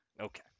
Okay